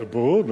זה ברור.